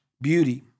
beauty